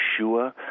Yeshua